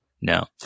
No